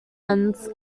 ends